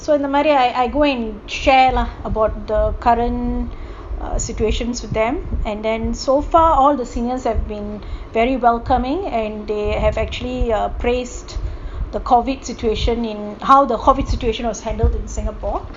so I go and share lah about the current situations with them and so far all the seniors have been very welcoming and they actually praised the COVID situation in how the COVID situation was handled in singapore